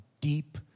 deep